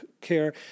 care